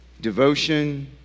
devotion